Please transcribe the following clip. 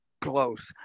close